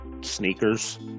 sneakers